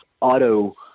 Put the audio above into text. auto